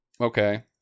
Okay